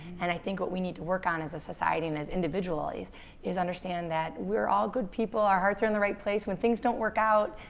and i think what we need to work on as a society and as individuals is is understand that we're all good people. our hearts are in the right place, and when things don't work out,